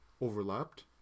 overlapped